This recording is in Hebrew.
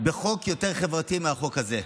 בחוק יותר חברתי מהחוק הזה.